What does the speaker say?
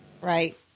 right